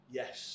yes